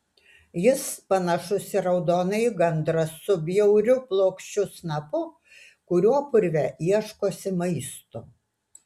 jis panašus į raudonąjį gandrą su bjauriu plokščiu snapu kuriuo purve ieškosi maisto